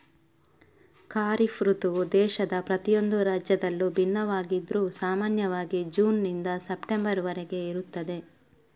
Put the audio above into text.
ಖಾರಿಫ್ ಋತುವು ದೇಶದ ಪ್ರತಿಯೊಂದು ರಾಜ್ಯದಲ್ಲೂ ಭಿನ್ನವಾಗಿದ್ರೂ ಸಾಮಾನ್ಯವಾಗಿ ಜೂನ್ ನಿಂದ ಸೆಪ್ಟೆಂಬರ್ ವರೆಗೆ ಇರುತ್ತದೆ